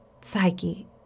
psyche